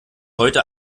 heute